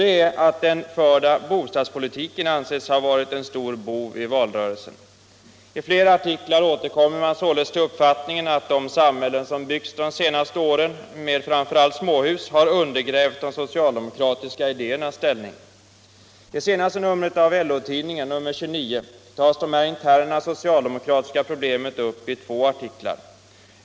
Det är att den förda bostadspolitiken anses ha varit en stor bov i valrörelsen. I flera artiklar återkommer man således till uppfattningen att de samhällen som byggts de senaste åren med framför allt småhus har undergrävt de socialdemokratiska idéernas ställning. I senaste numret av LO-tidningen, nr 29, tas det här interna socialdemokratiska problemet upp i två artiklar.